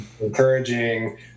Encouraging